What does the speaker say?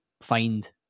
find